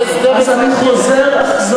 אני אומרת, אמרת, אמרת את זה.